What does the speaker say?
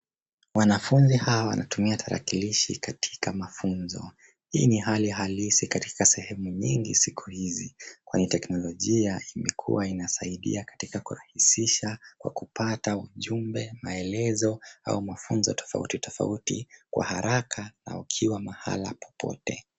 Wanafunzi hawa wanatumia tarakilishi katika mafunzo. Hii ni hali halisi katika sehemu nyingi siku hizi, kwani teknolojia imekuwa inasaidia katika kurahisisha kwa kupata ujumbe, maelezo au mafunzo tofauti tofauti kwa haraka na ukiwa mahali popote.